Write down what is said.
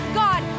god